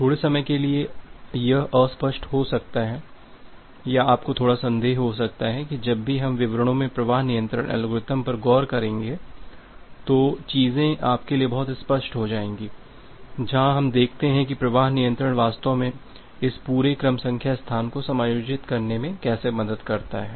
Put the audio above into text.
थोड़े समय के लिए यह अस्पष्ट हो सकता है या आपको थोड़ा संदेह हो सकता है कि जब भी हम विवरणों में प्रवाह नियंत्रण एल्गोरिदम पर गौर करेंगे तो चीजें आपके लिए बहुत स्पष्ट हो जाएंगी जहां हम देखते हैं कि प्रवाह नियंत्रण वास्तव में इस पूरे क्रम संख्या स्थान को समायोजित करने में कैसे मदद करता है